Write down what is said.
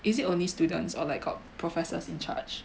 is it only students or like got professors in charge